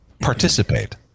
participate